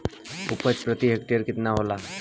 उपज प्रति हेक्टेयर केतना होला?